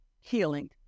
healing